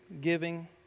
giving